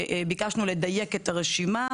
שביקשנו לדייק את הרשימה,